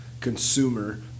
consumer